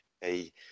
Hey